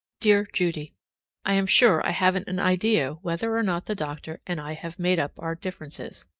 dear judy i am sure i haven't an idea whether or not the doctor and i have made up our differences.